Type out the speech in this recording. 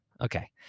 Okay